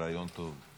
רעיון טוב.